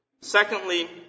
Secondly